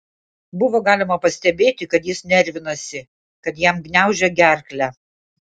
buvo galima pastebėti kad jis nervinasi kad jam gniaužia gerklę